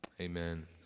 Amen